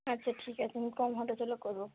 আচ্ছা ঠিক আছে আমি কম হাঁটা চলা করবো